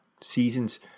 seasons